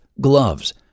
Gloves